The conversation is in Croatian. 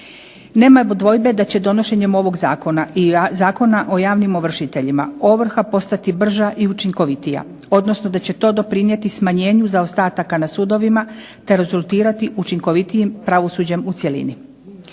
Nema dvojbe da će donošenjem ovog zakona i Zakona o javnim ovršiteljima ovrha postati brža i učinkovitija, odnosno da će to doprinijeti smanjenju zaostataka na sudovima, te rezultirati učinkovitijim pravosuđem u cjelini.